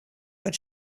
but